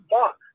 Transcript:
Fuck